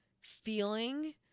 feeling